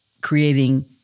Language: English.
creating